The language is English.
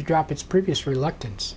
to drop its previous reluctance